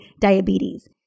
diabetes